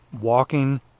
walking